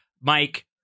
mike